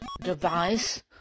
device